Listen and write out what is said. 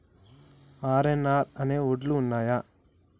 RNR అనే వడ్లు ఉన్నయా?